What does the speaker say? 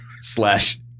slash-